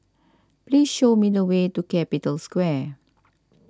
please show me the way to Capital Square